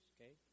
Okay